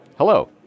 Hello